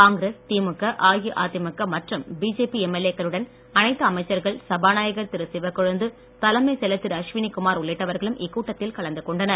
காங்கிரஸ் திமுக அஇஅதிமுக மற்றம் பிஜேபி எம்எல்ஏக்களுடன் அனைத்து அமைச்சர்கள் சபாநாயகர் திரு சிவக்கொழுந்து தலைமைச் செயலர் திரு அஸ்வினி குமார் உள்ளிட்டவர்களும் இக்கூட்டத்தில் கலந்து கொண்டனர்